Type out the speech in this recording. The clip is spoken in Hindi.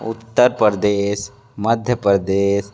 उत्तर प्रदेश मध्य प्रदेश